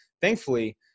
thankfully